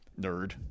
nerd